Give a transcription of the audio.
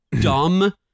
dumb